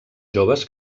joves